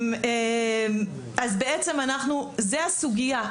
אז בעצם זה הסוגייה,